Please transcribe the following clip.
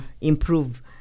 improve